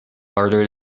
harder